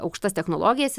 aukštas technologijas